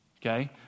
okay